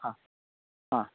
ಹಾಂ ಹಾಂ